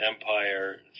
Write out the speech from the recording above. empire